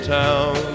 town